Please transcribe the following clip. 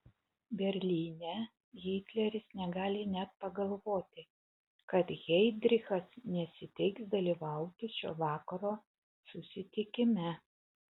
berlyne hitleris negali net pagalvoti kad heidrichas nesiteiks dalyvauti šio vakaro susitikime